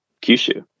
Kyushu